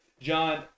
John